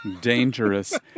dangerous